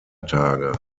tage